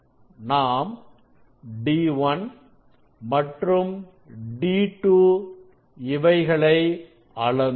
நாம் d1 மற்றும் d2 இவைகளை அளந்தோம்